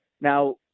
now